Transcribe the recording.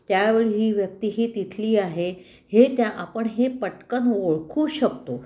त्यावेळी ही व्यक्ती ही तिथली आहे हे त्या आपण हे पटकन ओळखू शकतो